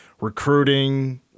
recruiting